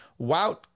Wout